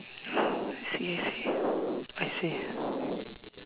I see I see I see